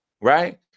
Right